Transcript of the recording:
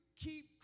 keep